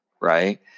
Right